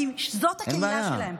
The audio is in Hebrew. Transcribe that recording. כי זאת הקהילה שלהן.